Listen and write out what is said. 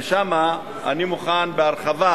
ושם אני מוכן לדבר על זה בהרחבה,